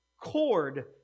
cord